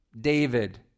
David